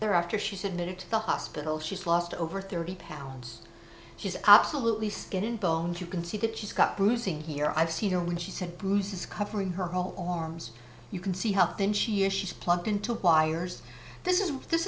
there after she had made it to the hospital she's lost over thirty pounds she's absolutely skin and bones you can see that she's got bruising here i've seen her when she's had bruises covering her whole arms you can see help than she is she's plugged into wires this is this